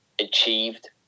achieved